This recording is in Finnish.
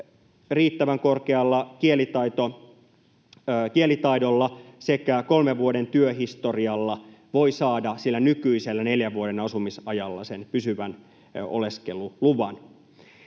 riittävän korkealla kielitaidolla sekä kolmen vuoden työhistorialla voi saada sillä nykyisellä neljän vuoden asumisajalla sen pysyvän oleskeluluvan.